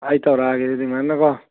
ꯑꯩ ꯇꯧꯔꯛꯂꯒꯦ ꯑꯗꯨꯗꯤ ꯉꯟꯅꯀꯣ